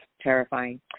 terrifying